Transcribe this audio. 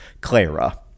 Clara